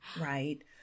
right